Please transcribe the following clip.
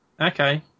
Okay